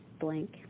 blank